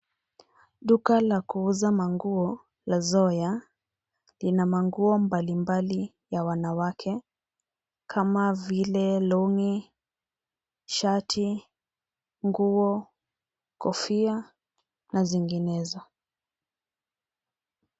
Duka la kuuza manguo la cs[Zoya]cs lina manguo mbalimbali ya wanawake kama vile long'i, shati, nguo, kofia na zinginezo.